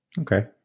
Okay